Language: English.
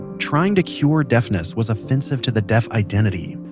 trying to cure deafness was offensive to the deaf identity.